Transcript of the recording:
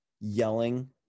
yelling